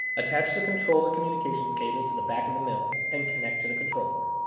attach the controller communications cable to the back of the mill and connect to the controller.